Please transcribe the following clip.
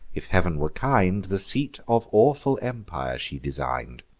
if heav'n were kind, the seat of awful empire she design'd.